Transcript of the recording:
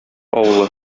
авылы